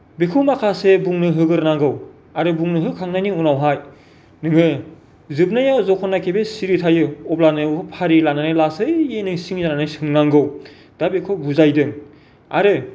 बेखौ माखासे बुंनो होग्रोनांगौ आरो बुंनो होखांनायनि उनावहाय नोङो जोबनायाव जेब्लानोखि बे सिरि थायो अब्लानो बेखौ फारि लानानै लासैनो सिं जानानै सोंनांगौ दा बेखौ बुजायदों आरो